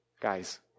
guys